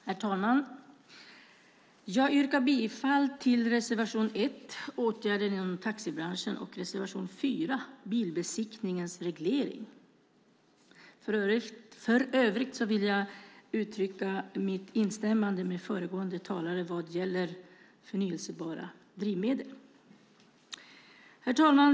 Herr talman! Jag yrkar bifall till reservation 1, Åtgärder inom taxibranschen, och reservation 4, Bilbesiktningens reglering. För övrigt vill jag uttrycka mitt instämmande med föregående talare vad gäller förnybara drivmedel. Herr talman!